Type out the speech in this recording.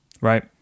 right